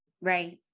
Right